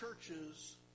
churches